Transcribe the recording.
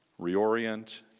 Reorient